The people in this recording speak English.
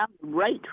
right